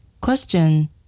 Question